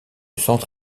centre